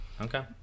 Okay